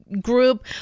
group